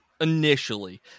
initially